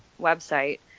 website